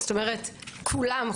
כלומר כולם,